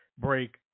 break